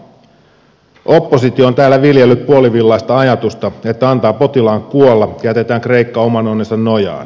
oppositio on täällä viljellyt puolivillaista ajatusta että antaa potilaan kuolla jätetään kreikka oman onnensa nojaan